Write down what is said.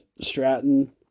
Stratton